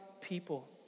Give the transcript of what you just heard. people